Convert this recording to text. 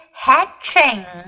hatching